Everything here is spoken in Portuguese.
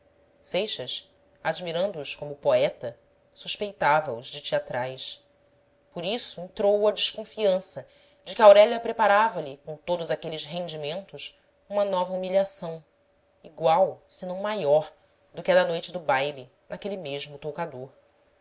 elegância seixas admirando os como poeta suspeitava os de teatrais por isso entrou o a desconfiança de que aurélia preparava lhe com todos aqueles rendimentos uma nova humilhação igual senão maior do que a da noite do baile naquele mesmo tou cador